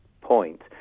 point